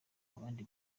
abandi